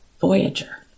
Voyager